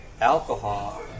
alcohol